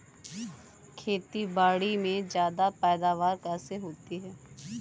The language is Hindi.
खेतीबाड़ी में ज्यादा पैदावार कैसे होती है?